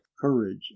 courage